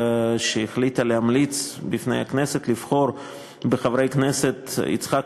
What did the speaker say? שהחליטה להמליץ בפני הכנסת לבחור בחברי הכנסת יצחק